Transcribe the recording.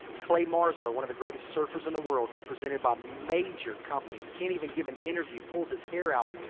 clay marzo. one of the greatest surfers in the world. represented by major companies. can't even give an interview. pulls his hair out.